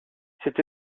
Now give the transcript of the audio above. cette